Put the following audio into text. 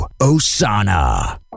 Osana